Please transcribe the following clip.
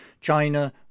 China